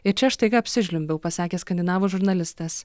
ir čia aš staiga apsižliumbiau pasakė skandinavų žurnalistas